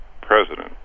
president